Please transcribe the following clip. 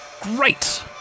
Great